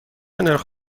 نرخ